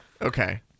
Okay